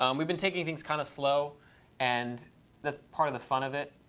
um we've been taking things kind of slow and that's part of the fun of it.